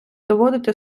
доводити